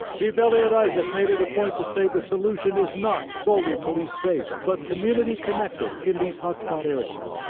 chief eliot isaac made it a point to say the solution is not solely police based but community connected in these hot spot areas.